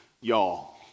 y'all